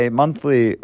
monthly